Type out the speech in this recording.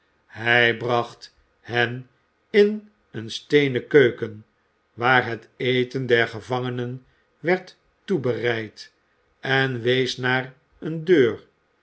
hij bracht hen in eene steenen keuken waar het eten der gevangenen werd toebereid en wees naar eene deur